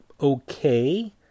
okay